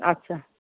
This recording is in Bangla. আচ্ছা